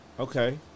Okay